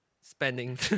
Spending